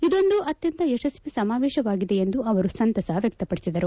ಇದೊಂದು ಅತ್ಯಂತ ಯಶಸ್ವಿ ಸಮಾವೇಶವಾಗಿದೆ ಎಂದು ಅವರು ಸಂತಸ ವ್ಯಕ್ತಪಡಿಸಿದರು